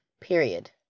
period